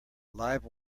live